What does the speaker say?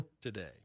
today